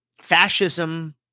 fascism